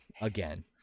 again